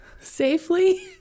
safely